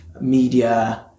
Media